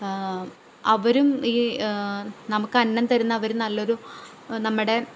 അവരും ഈ നമുക്ക് അന്നം തരുന്ന അവരും നല്ലൊരു നമ്മുടെ